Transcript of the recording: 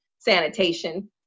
sanitation